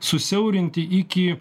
susiaurinti iki